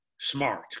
smart